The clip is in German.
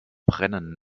brennen